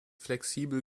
flexibel